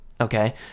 okay